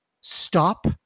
Stop